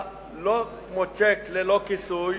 לא כמו צ'ק ללא כיסוי,